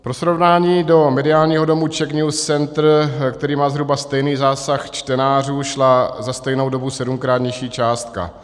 Pro srovnání, do mediálního domu Czech News Center, který má zhruba stejný zásah čtenářů, šla za stejnou dobu sedmkrát nižší částka.